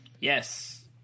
Yes